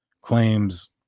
claims